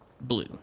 blue